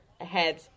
ahead